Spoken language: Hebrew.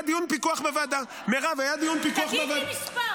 תגיד לי מספר.